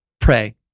pray